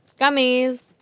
Gummies